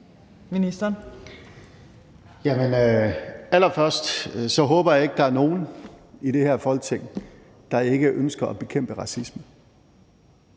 (Nicolai Wammen): Allerførst håber jeg ikke, der er nogen i det her Folketing, der ikke ønsker at bekæmpe racisme.